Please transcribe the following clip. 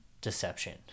deception